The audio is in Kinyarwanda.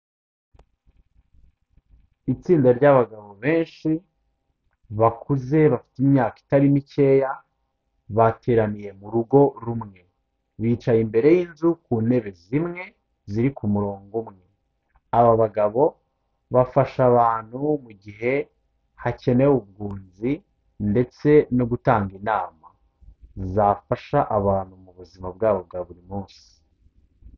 Itsinda ry'abagabo benshi bakuze bafite imyaka itari mikeya, bateraniye mu rugo rumwe, bicaye imbere y'inzu ku ntebe zimwe ziri ku murongo umwe, aba bagabo bafasha abantu mu gihe hakenewe ubwunzi ndetse no gutanga inama zafasha abantu mu buzima bwabo bwa buri munsi.